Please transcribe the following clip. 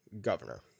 Governor